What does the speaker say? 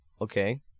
Okay